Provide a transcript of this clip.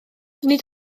nid